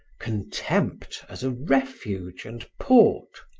contempt as a refuge and port?